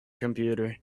computer